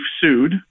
sued